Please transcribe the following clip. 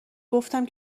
گفتم